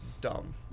dumb